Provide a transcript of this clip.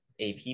AP